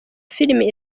filime